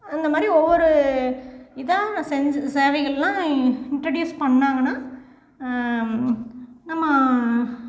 அந்த மாதிரி ஒவ்வொரு இதாக நான் செஞ்ச சேவைகளெலாம் இன்ட்ரோடியூஸ் பண்ணிணாங்கன்னா நம்ம